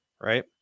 right